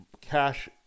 cash